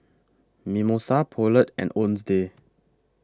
Mimosa Poulet and